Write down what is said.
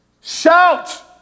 Shout